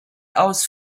aus